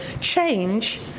change